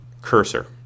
cursor